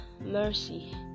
mercy